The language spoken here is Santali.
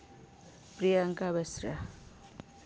ᱯᱨᱤᱭᱟᱝᱠᱟ ᱵᱮᱥᱨᱟ